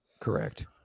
Correct